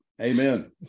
Amen